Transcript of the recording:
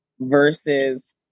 versus